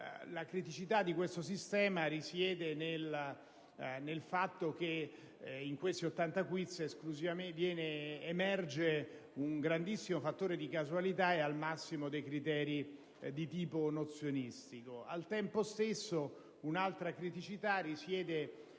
La criticità di questo sistema risiede nel fatto che da questi 80 quiz emerge un grandissimo fattore di casualità e, al massimo, criteri di tipo nozionistico. Un'altra criticità risiede